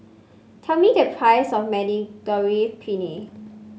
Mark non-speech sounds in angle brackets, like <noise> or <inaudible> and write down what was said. tell me the price of <unintelligible> Penne